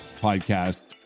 podcast